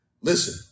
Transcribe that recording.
Listen